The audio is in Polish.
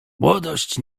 młodość